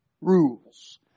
rules